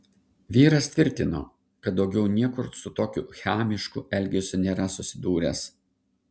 vyras tvirtino kad daugiau niekur su tokiu chamišku elgesiu nėra susidūręs